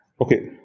Okay